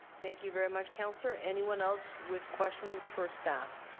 thank you very much, councillor. anyone else with questions for staff?